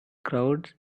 crowd